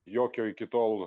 jokio iki tol